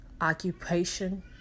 occupation